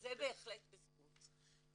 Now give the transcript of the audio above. וזה בהחלט בזכות.